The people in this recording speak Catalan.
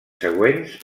següents